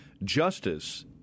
Justice